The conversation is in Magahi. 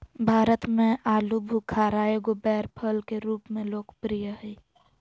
भारत में आलूबुखारा एगो बैर फल के रूप में लोकप्रिय हइ